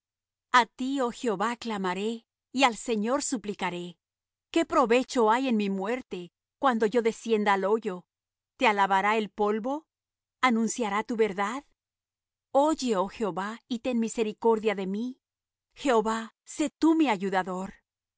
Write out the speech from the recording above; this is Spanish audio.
a ti oh jehová clamaré y al señor suplicaré qué provecho hay en mi muerte cuando yo descienda al hoyo te alabará el polvo anunciará tu verdad oye oh jehová y ten misericordia de mí jehová sé tú mi ayudador